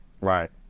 Right